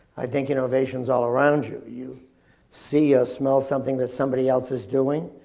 i think innovation's all around you. you see or smell something that somebody else is doing,